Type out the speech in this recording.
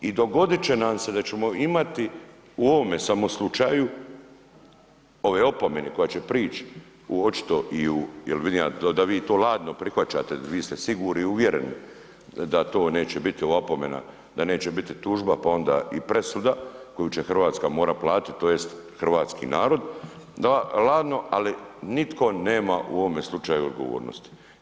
I dogodit će nam se da ćemo imati u ovome samo slučaju ove opomene koje će prijeći očito jel vidimo da vi to ladno prihvaćate, vi ste sigurno uvjereni da to neće biti opomena, da neće biti tužba pa onda i presuda koju će Hrvatska morati platiti tj. hrvatski narod da ladno, ali nitko nema u ovome slučaju odgovornosti.